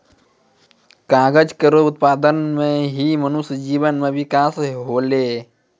कागज केरो उत्पादन सें ही मनुष्य जीवन म बिकास होलै